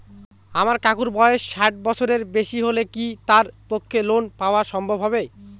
আমার কাকুর বয়স ষাট বছরের বেশি হলে কি তার পক্ষে ঋণ পাওয়া সম্ভব হবে?